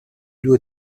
due